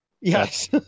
yes